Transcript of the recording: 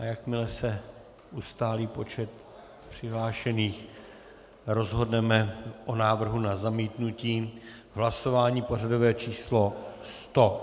Jakmile se ustálí počet přihlášených, rozhodneme o návrhu na zamítnutí v hlasování pořadové číslo 100.